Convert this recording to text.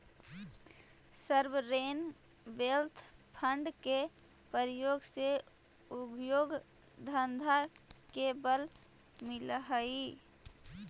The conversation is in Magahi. सॉवरेन वेल्थ फंड के प्रयोग से उद्योग धंधा के बल मिलऽ हई